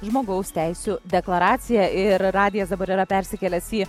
žmogaus teisių deklaracija ir radijas dabar yra persikėlęs į